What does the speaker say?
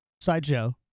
Sideshow